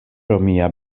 romia